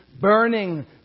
burning